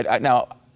now